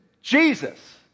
Jesus